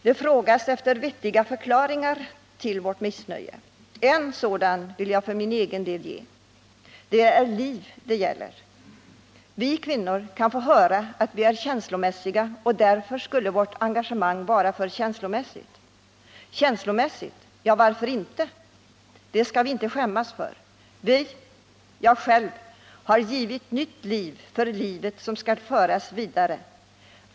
Det frågas efter vettiga förklaringar till vårt missnöje. En vill jag ge för min egen del. Det är liv det gäller. Vi kvinnor kan få höra att vi är känslomässiga, och därför skulle vårt engagemang vara för känslomässigt. Känslomässigt — ja, varför inte. Det skall vi inte skämmas för. Vi — jag själv — har givit nytt liv för livet som skall föras vidare.